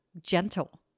gentle